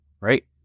right